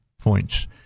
points